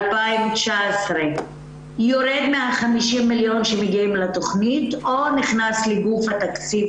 2019 יורד מה-50 מיליון שמגיעים לתכנית או שנכנס לגוף התקציב